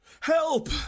Help